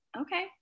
okay